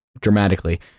dramatically